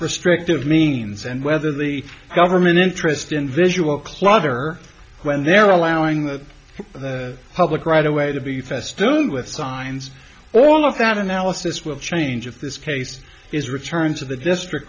restrictive means and whether the government interest in visual clutter when they're allowing the public right away to be festooned with signs all of that analysis will change if this case is returned to the district